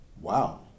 Wow